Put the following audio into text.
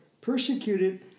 persecuted